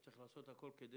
צריך לעשות הכול כדי